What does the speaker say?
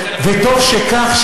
וטוב שכך,